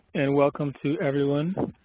and welcome to everyone.